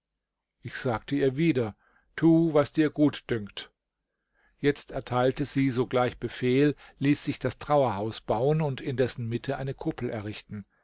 ich sagte ihr wieder tu was dir gut dünkt jetzt erteilte sie sogleich befehl ließ sich das trauerhaus bauen und in dessen mitte eine kuppel errichten